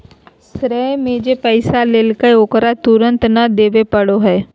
श्रेय में जे पैसा लेलकय ओकरा तुरंत नय देबे पड़ो हइ